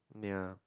ya